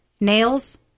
nails